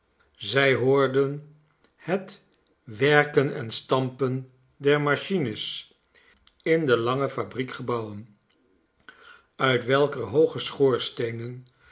zij hoorden het werken en stampen der machines in de lange fabriekgebouwen uit welker